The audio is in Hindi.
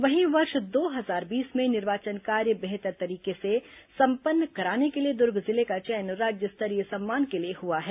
वहीं वर्ष दो हजार बीस में निर्वाचन कार्य बेहतर तरीके से संपन्न कराने के लिए दुर्ग जिले का चयन राज्य स्तरीय सम्मान के लिए हुआ है